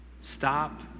stop